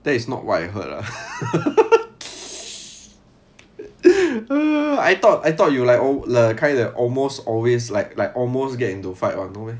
that is not what I heard ah I thought I thought you like oh the kind that almost always like like almost get into fight